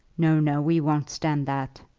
no, no we won't stand that,